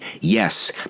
Yes